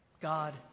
God